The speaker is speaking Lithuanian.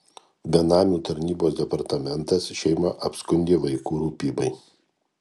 benamių tarnybos departamentas šeimą apskundė vaikų rūpybai